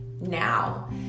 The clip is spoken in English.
now